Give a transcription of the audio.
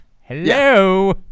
Hello